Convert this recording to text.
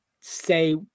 say